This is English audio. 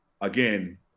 again